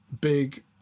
big